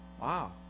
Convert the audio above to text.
Wow